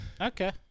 Okay